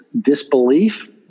disbelief